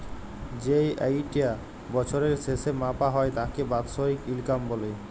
যেই আয়িটা বছরের শেসে মাপা হ্যয় তাকে বাৎসরিক ইলকাম ব্যলে